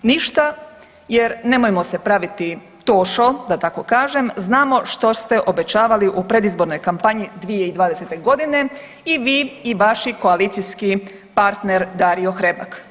Ništa jer nemojmo se praviti tošo, da tako kažem, znamo što se obećavali u predizbornoj kampanji 2020.g. i vi i vaši koalicijski partner Dario Hrebak.